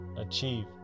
achieve